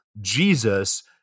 Jesus